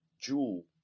jewel